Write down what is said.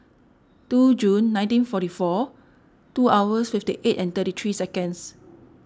two June nineteen forty four two hours fifty eight and thirty three seconds